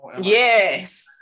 Yes